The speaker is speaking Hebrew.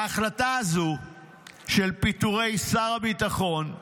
להחלטה הזאת של פיטורי שר הביטחון,